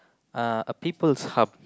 uh a people's hub